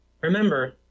remember